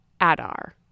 Adar